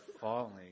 falling